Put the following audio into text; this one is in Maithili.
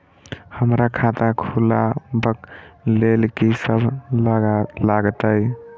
हमरा खाता खुलाबक लेल की सब लागतै?